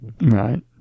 Right